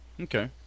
okay